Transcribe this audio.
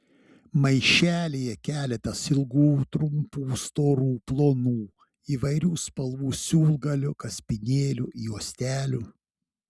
maišelyje keletas ilgų trumpų storų plonų įvairių spalvų siūlgalių kaspinėlių juostelių